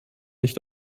nicht